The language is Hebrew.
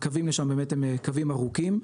הקווים לשם באמת הם קווים ארוכים,